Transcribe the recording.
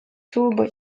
turbo